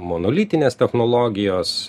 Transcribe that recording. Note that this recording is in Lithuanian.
monolitinės technologijos